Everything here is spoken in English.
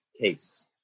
case